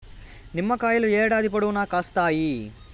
నిమ్మకాయలు ఏడాది పొడవునా కాస్తాయి